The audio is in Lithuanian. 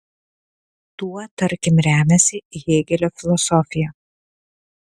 tuo tarkim remiasi hėgelio filosofija